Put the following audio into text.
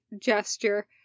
gesture